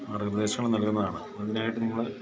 മാർഗ്ഗനിർദ്ദേശങ്ങളും നൽകുന്നതാണ് അതിനായിട്ട് നിങ്ങൾ